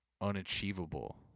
unachievable